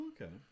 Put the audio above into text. Okay